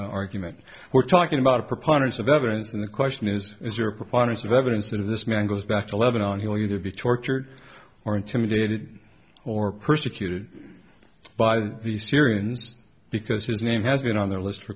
argument we're talking about a preponderance of evidence and the question is is you're a proponent of evidence of this man goes back to eleven and he'll you to be tortured or intimidated or persecuted by the syrians because his name has been on their list for